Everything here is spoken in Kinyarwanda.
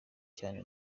cyane